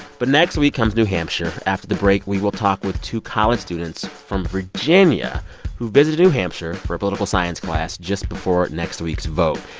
but next week comes new hampshire. after the break, we will talk with two college students from virginia who visited new hampshire for a political science class just before next week's vote.